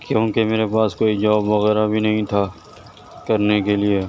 کیوںکہ میرے پاس کوئی جاب وغیرہ بھی نہیں تھا کر نے کے لیے